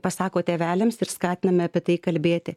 pasako tėveliams ir skatiname apie tai kalbėti